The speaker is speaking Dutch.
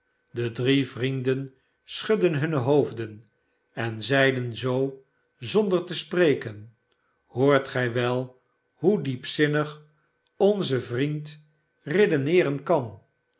de drie vrienden schudden hunne hoofden en zeiden zoo zonder te spreken hoort gij wel hoe diepzinnig onze vriend redeneeren kan